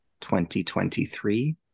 2023